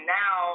now